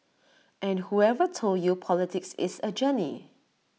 and whoever told you politics is A journey